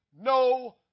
no